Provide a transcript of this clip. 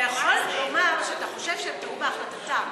אתה יכול לומר שאתה חושב שהם טעו בהחלטתם,